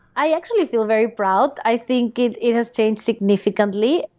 i actually feel very proud. i think it it has changed significantly.